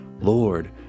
Lord